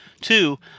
Two